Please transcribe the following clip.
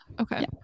Okay